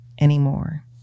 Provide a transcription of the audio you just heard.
anymore